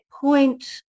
point